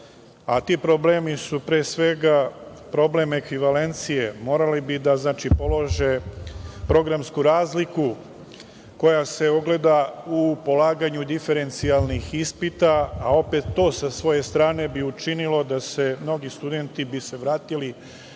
a ti problemi su pre svega problem ekvivalencije, morali bi da polože programsku razliku koja se ogleda u polaganju diferencijalnih ispita, a opet sa svoje strane bi učinilo da se mnogi studenti vrate